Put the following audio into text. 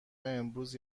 امروز